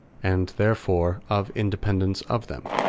and therefore of independence of them,